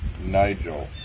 Nigel